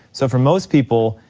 so for most people,